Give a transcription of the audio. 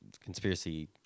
conspiracy